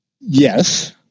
yes